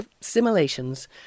simulations